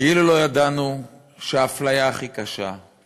כאילו לא ידענו שהאפליה הכי קשה,